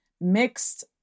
mixed